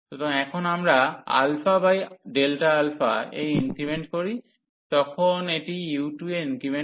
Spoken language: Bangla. সুতরাং যখন আমরা α বাই Δα এ ইনক্রিমেন্ট করি তখন এটি u2 এর ইনক্রিমেন্ট